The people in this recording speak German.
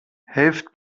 helft